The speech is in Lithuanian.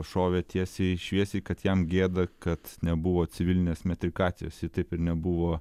šovė tiesiai šviesiai kad jam gėda kad nebuvo civilinės metrikacijos taip ir nebuvo